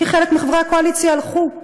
כי חלק מחברי הקואליציה הלכו.